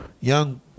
Young